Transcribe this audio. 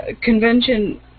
convention